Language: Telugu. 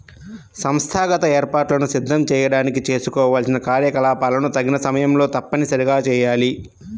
సంస్థాగత ఏర్పాట్లను సిద్ధం చేయడానికి చేసుకోవాల్సిన కార్యకలాపాలను తగిన సమయంలో తప్పనిసరిగా చేయాలి